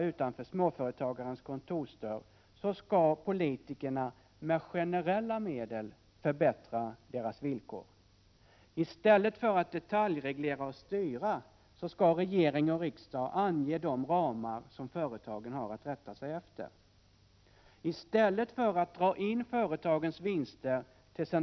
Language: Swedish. Stöd i hundratals olika former har införts. Det är faktiskt en djungel av insatser som i dag finns för företag att försöka orientera sig i. Det senaste hugskottet — låt vara att den idén ännu inte har sjösatts — är det s.k. företagarkörkortet, som förhoppningsvis inte blir av.